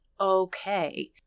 okay